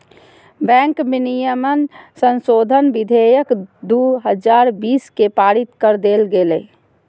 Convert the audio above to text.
bank विनियमन संशोधन विधेयक दू हजार बीस के पारित कर देल गेलय